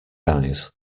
eyes